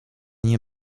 nie